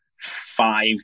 five